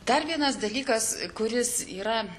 dar vienas dalykas kuris yra